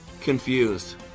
confused